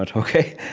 but ok.